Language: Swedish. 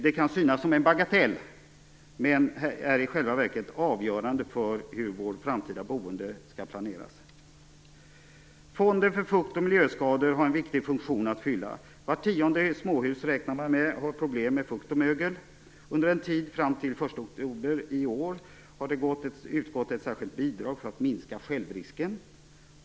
Det kan synas som en bagatell, men det är i själva verket avgörande för hur vårt framtida boende skall planeras. 9. Fonden för fukt och mögelskador har en viktig funktion att fylla. Vart tionde småhus räknar man med har problem med fukt och mögel. Under en tid fram till den förste oktober i år har det utgått ett särskilt bidrag för att minska självrisken.